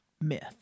Myth